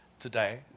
Today